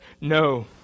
no